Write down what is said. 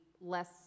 less